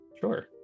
Sure